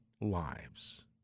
lives